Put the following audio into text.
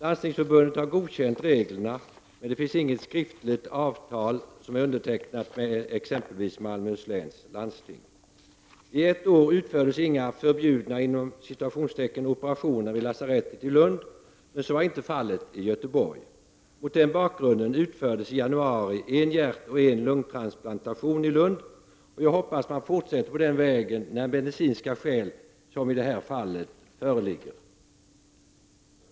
Landstingsförbundet har godkänt reglerna, men det finns inget skriftligt, undertecknad avtal med exempelvis Malmöhus läns landsting. I ett år utfördes inga ”förbjudna” operationer vid lasarettet i Lund, men så var inte fallet i Göteborg. I januari utfördes en hjärtoch en lungtransplantation i Lund. Jag hoppas att man fortsätter på den vägen när medicinska skäl, som i de här fallen, föreligger.